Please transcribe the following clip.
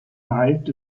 halt